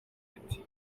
riti